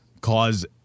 cause